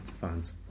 fans